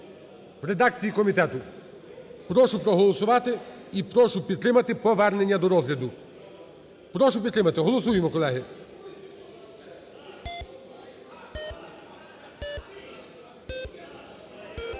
в редакції комітету. Прошу проголосувати і прошу підтримати повернення до розгляду. Прошу підтримати. Голосуємо, колеги.